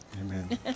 amen